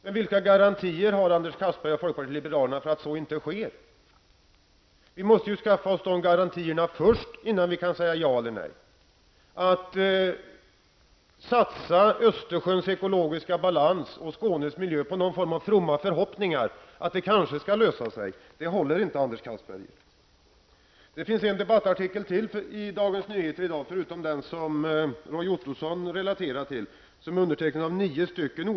Men vilka garantier har Anders Castberger och folkpartiet liberalerna för att så inte sker? Vi måste skaffa oss sådana garantier innan vi kan säga ja eller nej. Att offra Östersjöns ekologiska balans och Skånes miljö i fromma förhoppningar om att det kanske kan lösa sig håller inte, Anders Castberger. Det finns ytterligare en debattartikel i Dagens Nyheter förutom den som Roy Ottosson relaterade till och som är undertecknad av nio forskare.